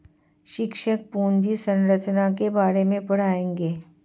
शिक्षक पूंजी संरचना के बारे में पढ़ाएंगे